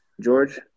George